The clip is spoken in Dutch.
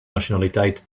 nationaliteit